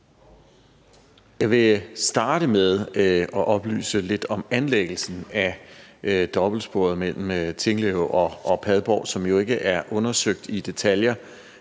Jeg vil starte med at oplyse lidt om anlæggelsen af dobbeltsporet mellem Tinglev og Padborg, som jo ikke er undersøgt i detaljer